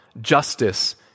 justice